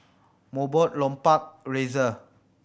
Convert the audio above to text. Mobot Lupark Razer